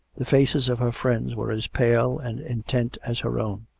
the faces of her friends were as pale and intent as her own.